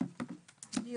אני